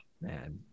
man